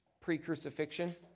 pre-crucifixion